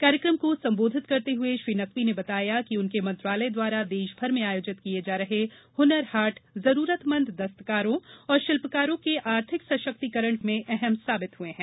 कार्यकम को संबोधित करते हुए श्री नकवी ने बताया कि उनका मंत्रालय द्वारा देश भर में आयोजित किये जा रहे हुनर हाट जरूरतमंद दस्तकारों और शिल्पकारों के आर्थिकी सशक्तीकरण में अहम साबित हुए है